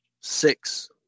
six